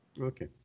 Okay